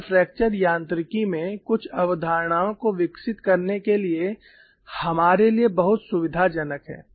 यह फ्रैक्चर यांत्रिकी में कुछ अवधारणाओं को विकसित करने के लिए हमारे लिए बहुत सुविधाजनक है